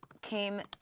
came